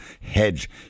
hedge